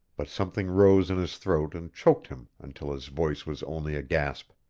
but something rose in his throat and choked him until his voice was only a gasp.